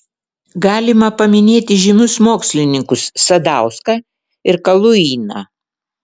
galima paminėti žymius mokslininkus sadauską ir kaluiną